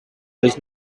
does